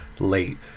late